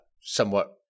somewhat